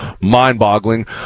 mind-boggling